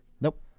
Nope